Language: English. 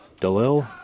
Dalil